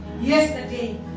yesterday